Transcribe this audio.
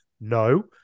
No